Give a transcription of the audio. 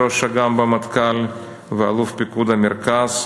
עוזר ראש אג"ם במטכ"ל ואלוף פיקוד המרכז,